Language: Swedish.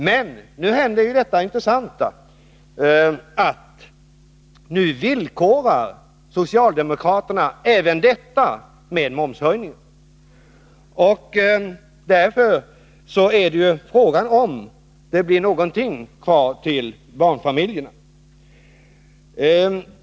Men nu händer det intressanta att socialdemokraterna villkorar även detta med momshöjningen. Därför är det frågan om det blir någonting kvar till barnfamiljerna.